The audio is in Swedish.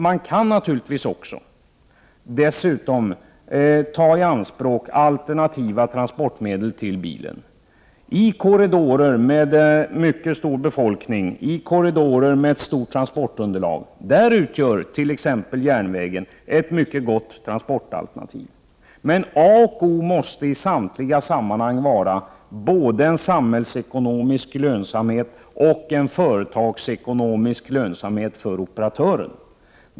Man kan naturligtvis dessutom ta i anspråk transportmedel som är alternativ till bilen. I korridorer med mycket stor befolkning och i korridorer med mycket stort transportunderlag utgör t.ex. järnvägen ett mycket gott transportalternativ. Men A och O måste i samtliga sammanhang vara både samhällsekonomisk lönsamhet och företagsekonomisk lönsamhet för operatören.